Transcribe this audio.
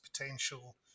potential